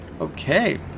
Okay